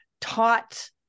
taught